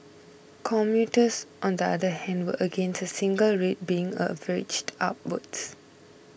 commuters on the other hand were against a single rate being averaged upwards